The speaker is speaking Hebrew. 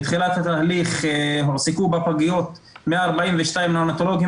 בתחילת התהליך הועסקו בפגיות 142 ניאונטולוגים